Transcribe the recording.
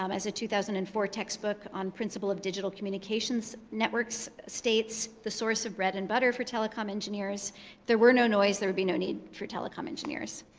um as a two thousand and four textbook on principle of digital communications networks states, the source of bread and butter for telecom engineers. if there were no noise, there would be no need for telecom engineers.